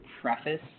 preface